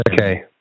Okay